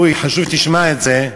חשוב שתשמע את זה,